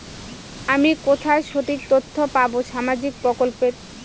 আমি কোথায় সঠিক তথ্য পাবো সামাজিক প্রকল্পের?